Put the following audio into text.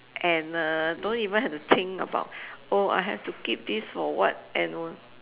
and uh don't even have to think about oh I have to keep this for what and all